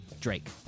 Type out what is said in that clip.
Drake